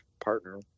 partner